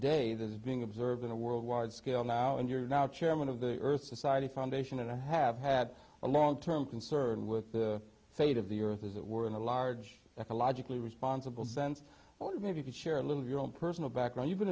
that is being observed in a world wide scale now and you're now chairman of the earth society foundation and i have had a long term concern with the fate of the earth as it were in a large ecologically responsible sense if you could share a little of your own personal background you've been